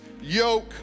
yoke